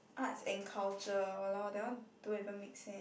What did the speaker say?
arts and culture !walao! that one don't even make sense